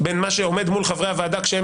בין מה שעומד מול חברי הוועדה כשהם